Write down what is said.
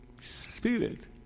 Spirit